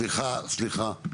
סליחה, סליחה.